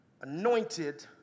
anointed